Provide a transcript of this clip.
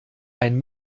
ein